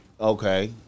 Okay